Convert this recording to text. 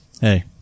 Hey